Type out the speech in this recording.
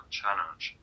challenge